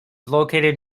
located